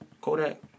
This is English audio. Kodak